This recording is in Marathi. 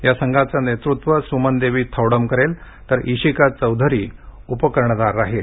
या संघाचं नेतृत्व सुमन देवी थौडम करेल तर इशिका चौधरी उप कर्णधार राहील